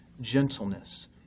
gentleness